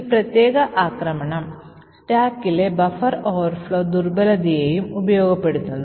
ഈ പ്രത്യേക ആക്രമണം സ്റ്റാക്കിലെ ബഫർ ഓവർഫ്ലോ ദുർബലതയെയും ഉപയോഗപ്പെടുത്തുന്നു